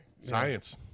Science